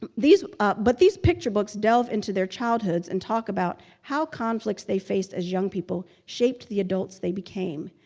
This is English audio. um ah but these picture books delve into their childhoods and talk about how conflicts they faced as young people shaped the adults they became.